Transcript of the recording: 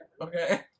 Okay